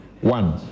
one